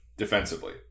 defensively